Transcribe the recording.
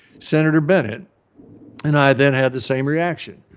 senator bennet and i then had the same reaction.